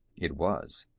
it was.